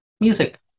Music